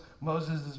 Moses